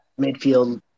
Midfield